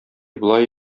болай